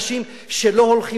אנחנו צריכים אנשים שלא הולכים,